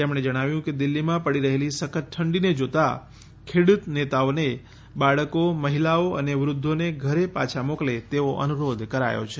તેમણે જણાવ્યું કે દિલ્હીમાં પડી રહેલી સખત ઠંડીને જોતા ખેડૂત નેતાઓને બાળકો મહિલાઓ અને વૃદ્વોને ઘરે પાછા મોકલે તેવો અનુરોધ કરાયો છે